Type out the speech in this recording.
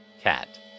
Cat